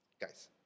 Guys